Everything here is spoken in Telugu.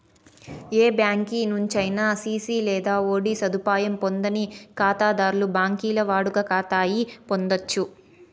ఏ బ్యాంకి నుంచైనా సిసి లేదా ఓడీ సదుపాయం పొందని కాతాధర్లు బాంకీల్ల వాడుక కాతాలు పొందచ్చు